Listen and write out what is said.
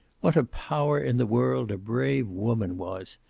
what a power in the world a brave woman was!